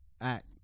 act